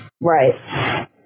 Right